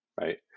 right